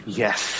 yes